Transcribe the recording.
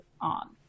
on